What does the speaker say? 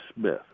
Smith